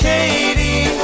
Katie